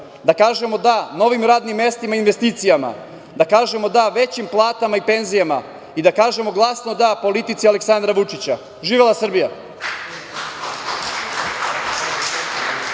da kažemo da novim radnim mestima i investicijama, da kažemo da većim platama i penzijama i da kažemo glasno da politici Aleksandra Vučića. Živela Srbija!